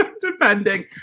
depending